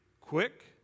quick